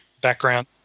background